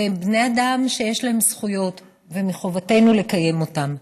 והם בני אדם שיש להם זכויות, ומחובתנו לקיים אותן.